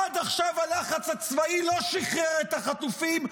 עד עכשיו הלחץ הצבאי לא שחרר את החטופים,